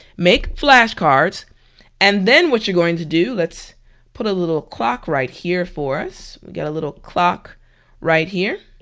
make flashcards and then what you're going to do, let's put a little clock right here for us, got a little clock right here,